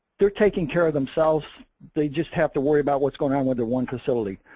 they're taking care of themselves. they just have to worry about what's goin' on with their one facility.